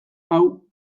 hau